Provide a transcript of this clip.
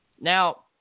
Now